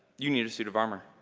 you need a suit of armor.